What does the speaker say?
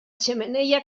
xemeneia